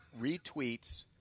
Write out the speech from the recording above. retweets